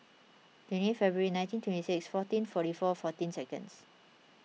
twenty February nineteen twenty six fourteen forty four fourteen seconds